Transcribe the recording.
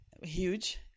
huge